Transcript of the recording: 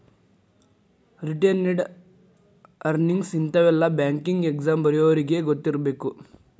retained earnings ಇಂತಾವೆಲ್ಲ banking exam ಬರ್ಯೋರಿಗಿ ಗೊತ್ತಿರ್ಬೇಕು